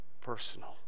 personal